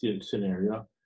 scenario